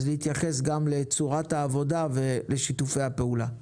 אני מבקש להתייחס גם לצורת העבודה ולשיתופי הפעולה.